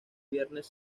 viernes